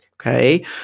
okay